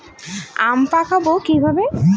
আম পাকাবো কিভাবে?